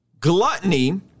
gluttony